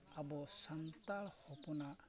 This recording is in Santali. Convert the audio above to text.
ᱟᱵᱚ ᱥᱟᱱᱛᱟᱲ ᱦᱚᱯᱚᱱᱟᱜ